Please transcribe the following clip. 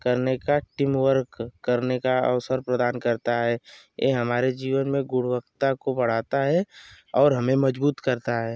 करने का टीमवर्क करने का अवसर प्रदान करता हे ए हमारे जीवन में गुणवत्ता को बढ़ाता हे और हमें मजबूत करता है